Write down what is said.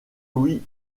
louis